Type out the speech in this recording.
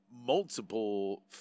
multiple